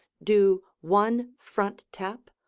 do one front-tap,